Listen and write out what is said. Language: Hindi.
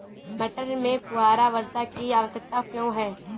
मटर में फुहारा वर्षा की आवश्यकता क्यो है?